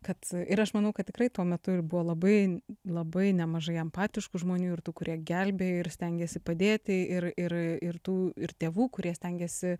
kad ir aš manau kad tikrai tuo metu ir buvo labai labai nemažai empatiškų žmonių ir tų kurie gelbėjo ir stengėsi padėti ir ir ir tų ir tėvų kurie stengėsi